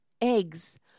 eggs